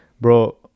bro